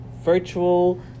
Virtual